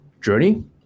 journey